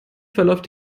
verläuft